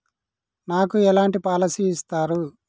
నాకు ఎలాంటి పాలసీ ఇస్తారు?